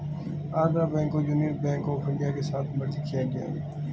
Andhra bank को union bank of India के साथ मर्ज किया गया है